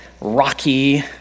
rocky